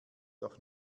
doch